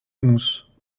mousse